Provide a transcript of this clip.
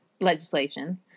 legislation